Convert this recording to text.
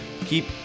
keep